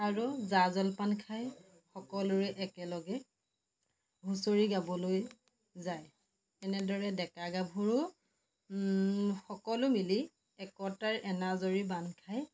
আৰু জা জলপান খাই সকলোৱে একেলগে হুঁচৰি গাবলৈ যায় এনেদৰে ডেকা গাভৰু সকলো মিলি একতাৰ এনাজৰী বান্ধ খাই